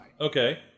Okay